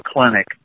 clinic